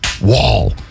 wall